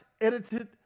edited